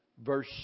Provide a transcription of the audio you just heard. Verse